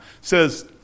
says